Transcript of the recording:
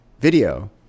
video